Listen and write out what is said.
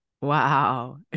Wow